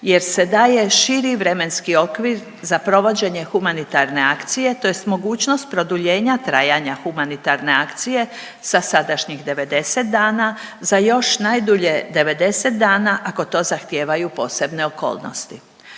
jer se daje širi vremenski okvir za provođenje humanitarne akcije tj. mogućnost produljenja trajanja humanitarne akcije sa sadašnjih 90 dana za još najdulje 90 dana ako to zahtijevaju posebne okolnosti.